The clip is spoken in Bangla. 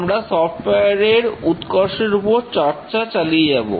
আমরা সফটওয়ার এর উৎকর্ষের উপর চর্চা চালিয়ে যাব